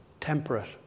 temperate